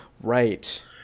right